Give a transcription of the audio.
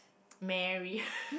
marry